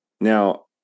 Now